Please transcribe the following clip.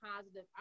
positive